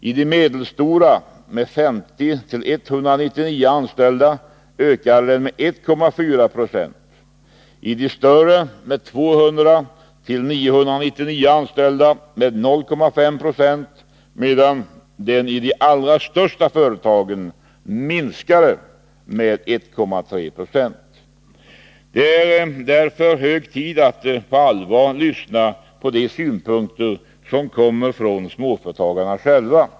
I de medelstora, med 50-199 anställda, ökade den med 1,4 Ze, i de större, med 200-999 anställda, med 0,5 26 medan den i de allra största företagen minskade med 1,3 90. Det är därför hög tid att på allvar lyssna på de synpunkter som kommer från småföretagarna själva.